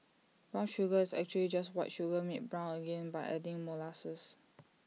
brown sugar is actually just white sugar made brown again by adding molasses